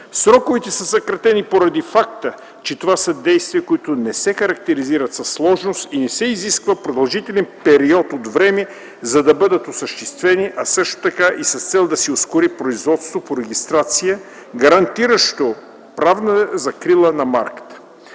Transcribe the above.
Сроковете са съкратени поради факта, че това са действия, които не се характеризират със сложност и не се изисква продължителен период от време, за да бъдат осъществени, а също така и с цел да се ускори производството по регистрация, гарантиращо правна закрила на марката;